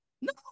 no